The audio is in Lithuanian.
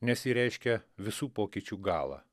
nes ji reiškia visų pokyčių galą